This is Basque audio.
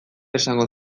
esango